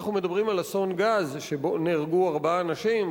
אנחנו מדברים על אסון גז שבו נהרגו ארבעה אנשים,